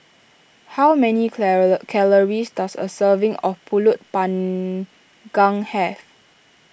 how many calories does a serving of Pulut Panggang have